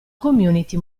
community